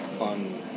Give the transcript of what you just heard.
on